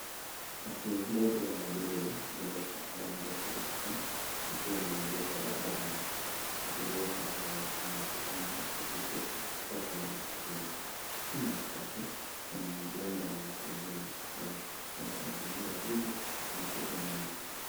Basi ndogo la abiria lililopakwa rangi ya kuvutia likiwa limeegeshwa barabarani, abiria kadhaa waonekana wakipanda na kushuka kutoka kwenye matatu hiyo. Nyuma ya matatu kuna majengo na watu wengine wakitembea ikionyesha mazingira ya jiji yenye shuguli nyingi.